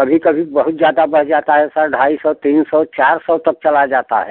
कभी कभी बहुत ज़्यादा बढ़ जाता है सर ढाई सौ तीन सौ चार सौ तक चला जाता है